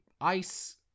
ice